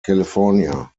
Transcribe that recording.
california